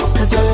Cause